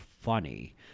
funny